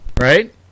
right